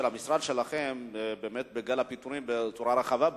המשרד שלכם עם גל הפיטורים בצורה רחבה,